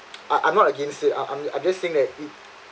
I I'm not against I I'm just saying that